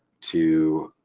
to